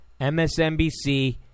MSNBC